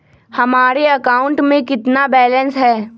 हमारे अकाउंट में कितना बैलेंस है?